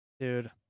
Dude